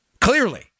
clearly